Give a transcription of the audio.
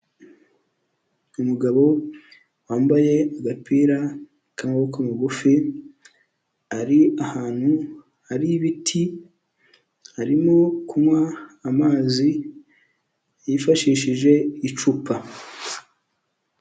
Umugabo wambaye agapira k'amaboko magufi, ari ahantu hari ibiti, arimo kunywa amazi, yifashishije icupa.